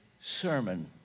Sermon